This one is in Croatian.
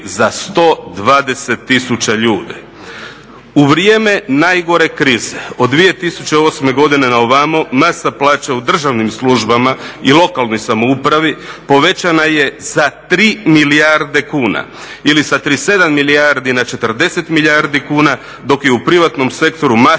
za 120 tisuća ljudi. U vrijeme najgore krize od 2008. godine na ovamo masa plaća u državnim službama i lokalnoj samoupravi povećana je za 3 milijarde kuna ili sa 37 milijardi na 40 milijardi kuna dok je u privatnom sektoru masa